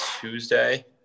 Tuesday